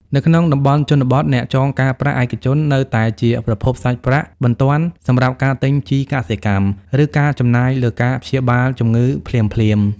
នៅក្នុងតំបន់ជនបទ អ្នកចងការប្រាក់ឯកជននៅតែជាប្រភពសាច់ប្រាក់បន្ទាន់សម្រាប់ការទិញជីកសិកម្ម ឬការចំណាយលើការព្យាបាលជំងឺភ្លាមៗ។